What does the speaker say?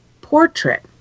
portrait